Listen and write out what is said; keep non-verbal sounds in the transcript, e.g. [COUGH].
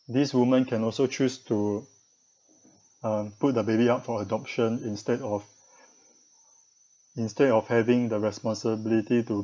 these women can also choose to uh put the baby up for adoption instead of [BREATH] instead of having the responsibility to